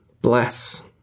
bless